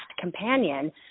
companion